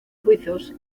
suizos